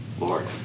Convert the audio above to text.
Lord